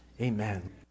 amen